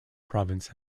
province